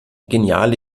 geniale